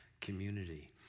community